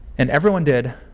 and everyone did